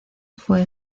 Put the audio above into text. fue